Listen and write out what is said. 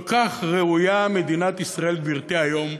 כל כך ראויה מדינת ישראל, גברתי, היום,